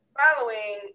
following